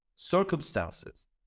circumstances